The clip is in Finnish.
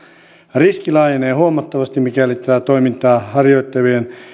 riski laajenee huomattavasti mikäli tätä toimintaa harjoittavien